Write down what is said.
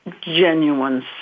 genuine